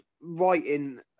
writing